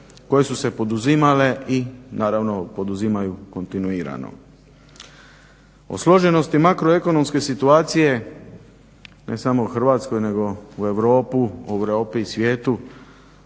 koje su se poduzimale i naravno poduzimaju kontinuirano. O složenosti makroekonomske situacije ne samo u Hrvatskoj nego u Europi i svijetu.